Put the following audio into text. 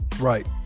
Right